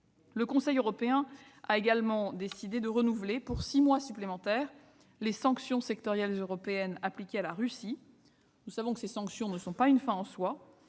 Le Conseil européen a par ailleurs décidé de renouveler, pour six mois supplémentaires, les sanctions sectorielles européennes appliquées à la Russie. Ces dernières sont non pas une fin en soi,